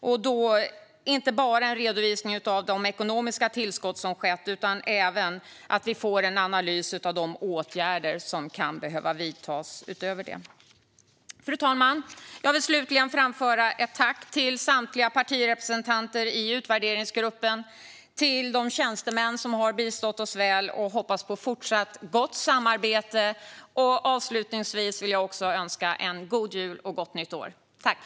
Det behövs inte bara en redovisning av det ekonomiska tillskott som presenterades, utan vi vill också ha en analys av åtgärder som kan behöva vidtas utöver dessa. Fru talman! Jag vill slutligen framföra ett tack till samtliga partirepresentanter i utvärderingsgruppen och till de tjänstemän som har bistått oss väl. Jag hoppas på fortsatt gott samarbete. Avslutningsvis vill jag önska en god jul och ett gott nytt år.